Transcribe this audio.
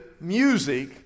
music